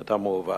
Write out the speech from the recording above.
את המעוות.